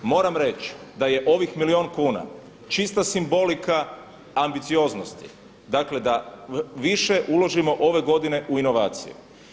Moram reći da je ovih milijuna kuna čista simbolika ambicioznosti, dakle da više uložimo ove godine u inovacije.